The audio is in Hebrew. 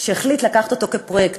והוא החליט לקחת אותו כפרויקט.